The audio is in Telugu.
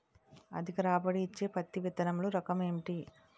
అధిక రాబడి ఇచ్చే పత్తి విత్తనములు రకం ఏంటి?